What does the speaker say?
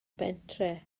pentre